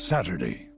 Saturday